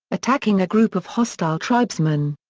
attacking a group of hostile tribesmen.